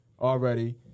already